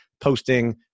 posting